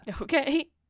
Okay